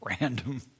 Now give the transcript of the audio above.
random